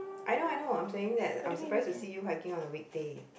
I know I know I'm surprised to see you hiking on a weekday